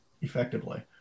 effectively